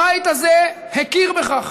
הבית הזה הכיר בכך,